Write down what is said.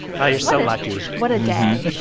wow. you're so lucky what a day